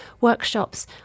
workshops